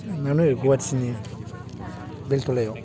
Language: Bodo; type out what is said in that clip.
मोनो गुवआहाटीनि बेलथ'लायाव